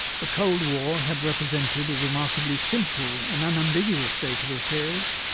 the cold war had represented a remarkably simple and unambiguous state of affairs,